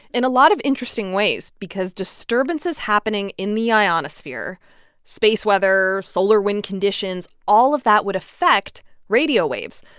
in a lot of interesting ways because disturbances happening in the ionosphere space weather, solar wind conditions all of that would affect radio waves.